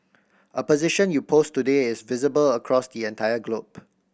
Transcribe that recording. a position you post today is visible across the entire globe